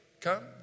come